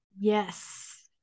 yes